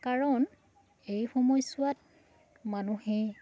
কাৰণ এই সময়ছোৱাত মানুহে